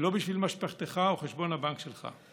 ולא בשביל משפחתך או חשבון הבנק שלך.